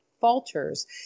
falters